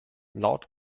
laut